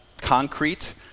concrete